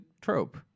trope